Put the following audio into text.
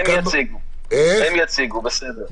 הם יציגו, בסדר.